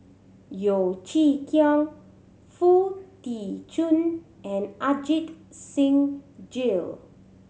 Yeo Chee Kiong Foo Tee Jun and Ajit Singh Gill